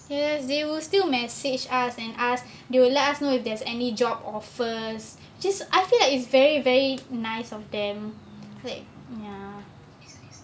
seriously they will still message us and ask they will laugh me if there's any job offers just I feel like it's very very nice of them like ya